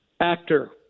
actor